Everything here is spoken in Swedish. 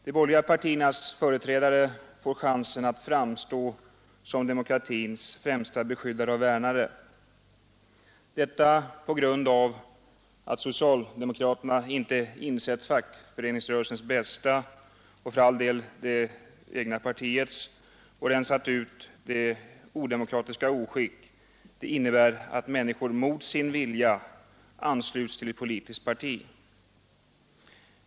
De borgerliga partiernas företrädare får chansen att framstå som demokratins främsta företrädare och värnare, detta på grund av att socialdemokratin inte insett fackföreningsrörelsens bästa — men för all del även det egna partiets och rensat ut det odemokratiska oskick det innebär att människor mot sin vilja ansluts till ett poli skt parti.